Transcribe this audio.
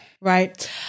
Right